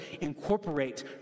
incorporate